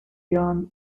yarn